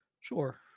Sure